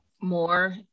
more